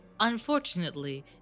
Unfortunately